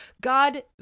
god